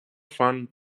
fun